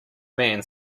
man